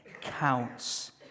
counts